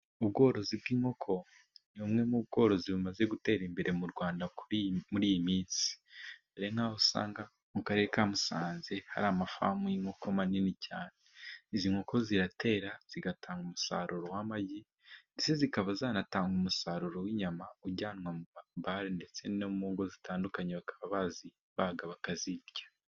Ubworozi bw'inkoko ni bumwe mu bworozi bumaze gutera imbere mu Rwanda muri iyi minsi, hari nk'aho usanga mu karere ka Musanze hari amafamu y'inkoko manini cyane, izi nkoko ziratera zigatanga umusaruro w'amagi ndetse zikaba zitanga umusaruro w'inyama, ujyanwa mu mabare ndetse no mu ngo zitandukanye, bakaba bazibaga bakazirya.